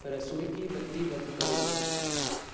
रसोई की बत्ती बंद करो